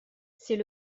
c’est